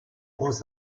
groß